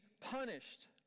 punished